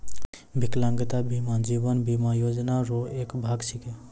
बिकलांगता बीमा जीवन बीमा योजना रो एक भाग छिकै